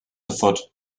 afoot